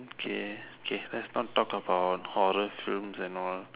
okay k let's not talk about horror films and all